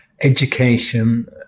Education